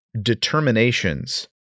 determinations